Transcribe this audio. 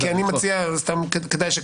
אני מציע שתגיע.